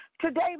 Today